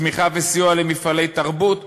תמיכה וסיוע למפעלי תרבות.